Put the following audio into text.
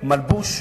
מלבוש,